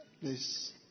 Please